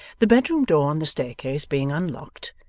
the bedroom-door on the staircase being unlocked,